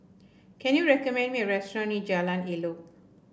can you recommend me a restaurant near Jalan Elok